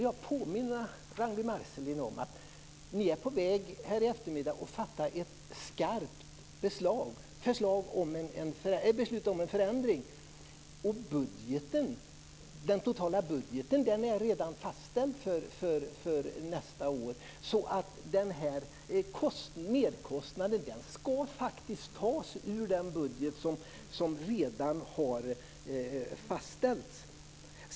Jag vill påminna Ragnwi Marcelind om att vi denna eftermiddag är på väg att fatta ett skarpt beslut om en förändring. Den totala budgeten är redan fastställd för nästa år. Merkostnaden ska tas ur den budget som redan har fastställts.